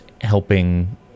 helping